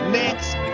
next